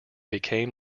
became